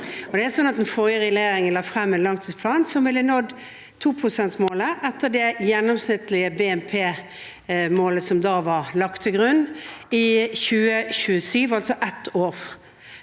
den forrige regjeringen la frem en langtidsplan der man ville nådd 2-prosentmålet etter det gjennomsnittlige BNP-målet som da var lagt til grunn, i 2027, altså ett år